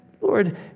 Lord